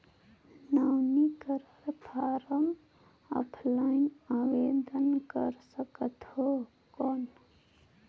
नवीनीकरण form offline आवेदन कर सकत हो कौन?